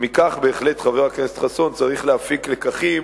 מכך, בהחלט, חבר הכנסת חסון, צריך להפיק לקחים